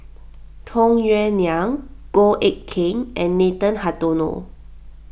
Tung Yue Nang Goh Eck Kheng and Nathan Hartono